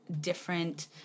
different